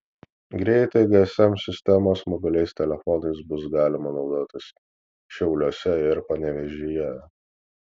greitai gsm sistemos mobiliais telefonais bus galima naudotis šiauliuose ir panevėžyje